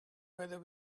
whether